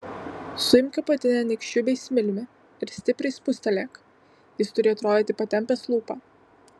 suimk apatinę nykščiu bei smiliumi ir stipriai spustelėk jis turi atrodyti patempęs lūpą